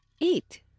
Eat